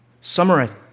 Summarize